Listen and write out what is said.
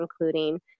including